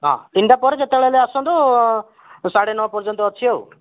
ହଁ ତିନିଟା ପରେ ଯେତବେଳେ ହେଲେ ଆସନ୍ତୁ ସାଢ଼େ ନଅ ପର୍ଯ୍ୟନ୍ତ ଅଛି ଆଉ